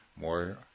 more